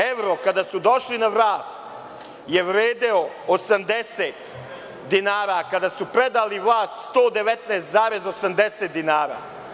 Evro kada su došli na vlast je vredeo 80 dinara, a kada su predali vlast 119,80 dinara.